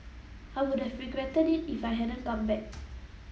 I would have regretted it if I hadn't come back